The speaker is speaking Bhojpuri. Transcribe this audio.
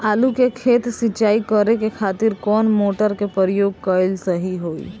आलू के खेत सिंचाई करे के खातिर कौन मोटर के प्रयोग कएल सही होई?